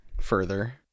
Further